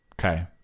Okay